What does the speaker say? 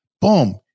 boom